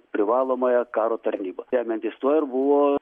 privalomąją karo tarnybą remiantis tuo ir buvo